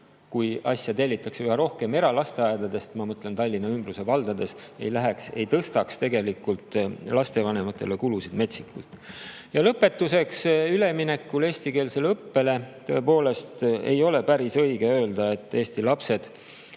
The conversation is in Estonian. kui asja tellitakse üha rohkem eralasteaedadest – ma mõtlen Tallinna ümbruse valdades –, ei tõstaks lastevanematele kulusid metsikult. Ja lõpetuseks, üleminekul eestikeelsele õppele tõepoolest ei ole päris õige öelda, et eesti lapsed,